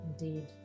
Indeed